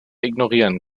ignorieren